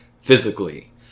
physically